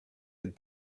had